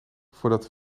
voordat